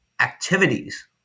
activities